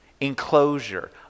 enclosure